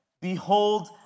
Behold